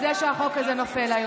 היחידים שאסור לנו.